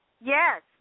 Yes